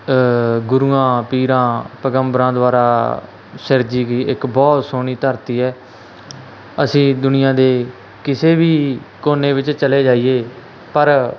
ਗੁਰੂਆਂ ਪੀਰਾਂ ਪੈਗੰਬਰਾਂ ਦੁਆਰਾ ਸਿਰਜੀ ਗਈ ਇੱਕ ਬਹੁਤ ਸੋਹਣੀ ਧਰਤੀ ਹੈ ਅਸੀਂ ਦੁਨੀਆ ਦੇ ਕਿਸੇ ਵੀ ਕੋਨੇ ਵਿੱਚ ਚਲੇ ਜਾਈਏ ਪਰ